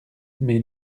mais